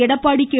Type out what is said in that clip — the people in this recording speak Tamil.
எடப்பாடி கே